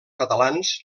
catalans